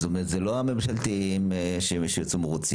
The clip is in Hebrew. זאת אומרת זה לא הממשלתיים שיצאו מרוצים,